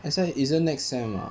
that's why isn't next sem ah